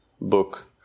book